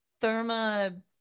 therma